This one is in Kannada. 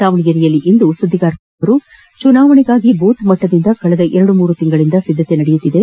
ದಾವಣಗೆರೆಯಲ್ಲಿಂದು ಸುದ್ದಿಗಾರರೊಂದಿಗೆ ಮಾತನಾಡಿದ ಅವರು ಚುನಾವಣೆಗಾಗಿ ಬೂತ್ ಮಟ್ಟದಿಂದ ಕಳೆದ ಎರಡು ಮೂರು ತಿಂಗಳಿಂದ ಸಿದ್ದತೆ ನಡೆಯುತ್ತಿದೆ